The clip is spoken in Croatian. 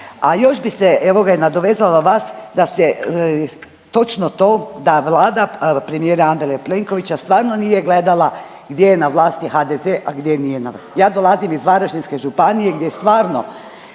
a još bi se, evo ga, i nadovezala vas da se točno to da Vlada premijera Andreja Plenkovića stvarno nije gledala gdje je na vlasti HDZ, a gdje nije. Ja dolazim iz Varaždinske županije gdje stvarno